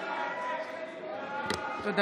שמית.